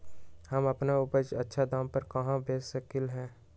हम अपन उपज अच्छा दाम पर कहाँ बेच सकीले ह?